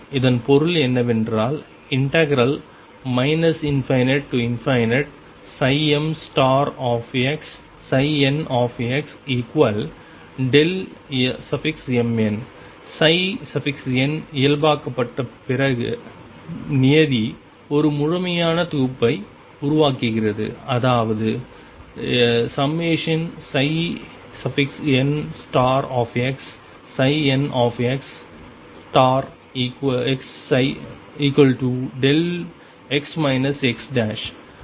இதன் பொருள் என்னவென்றால் ∞mxnxmn n இயல்பாக்கப்பட்ட பிற நியதி ஒரு முழுமையான தொகுப்பை உருவாக்குகிறது அதாவது ∑nxnxδx x